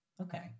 Okay